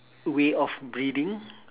way of breathing